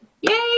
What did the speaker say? yay